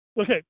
Okay